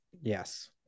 Yes